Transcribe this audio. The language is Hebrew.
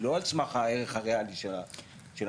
לא על סמך הערך הריאלי של הנכסים,